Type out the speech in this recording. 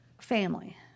family